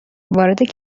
وارد